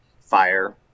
fire